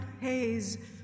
haze